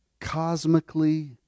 cosmically